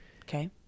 Okay